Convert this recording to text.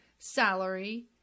Salary